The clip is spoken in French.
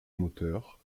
moteur